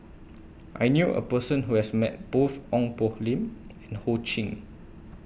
I knew A Person Who has Met Both Ong Poh Lim and Ho Ching